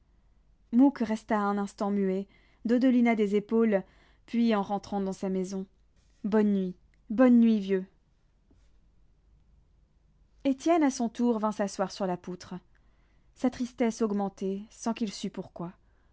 mouque resta un instant muet dodelina des épaules puis en rentrant dans sa maison bonne nuit bonne nuit vieux étienne à son tour vint s'asseoir sur la poutre sa tristesse augmentait sans qu'il sût pourquoi